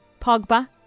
Pogba